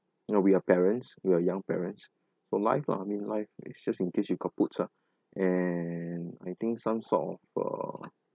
you know we are parents we are young parents for life lah I mean life it's just in case you kaput ah and I think some sort of uh